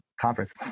conference